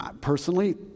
personally